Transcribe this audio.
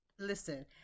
listen